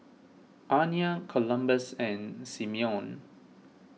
Aniya Columbus and Simeon